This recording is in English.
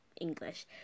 English